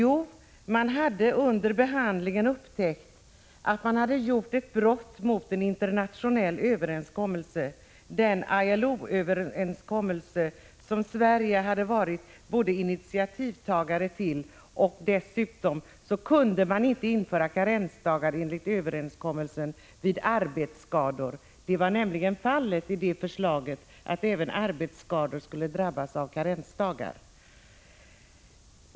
Jo, moderaterna hade under behandlingen upptäckt att man hade föreslagit ett brott mot en internationell överenskommelse, en ILO-överenskommelse som Sverige dessutom hade varit initiativtagare till. Enligt denna överenskommelse kunde man inte införa karensdagar vid arbetsskador. Enligt det borgerliga förslaget däremot skulle även personer som råkat ut för arbetsskador drabbas av karensdagar.